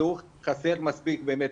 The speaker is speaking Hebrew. אנחנו ראינו קפיצה בלתי רגילה,